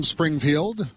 Springfield